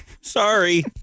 Sorry